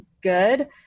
good